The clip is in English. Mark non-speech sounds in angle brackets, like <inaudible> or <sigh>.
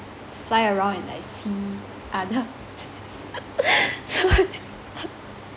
fly around and like see other <laughs> so <laughs>